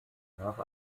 nach